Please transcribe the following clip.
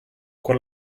con